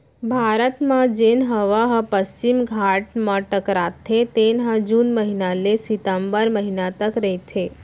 भारत म जेन हवा ह पस्चिम घाट म टकराथे तेन ह जून महिना ले सितंबर महिना तक रहिथे